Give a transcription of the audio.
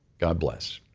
god bless!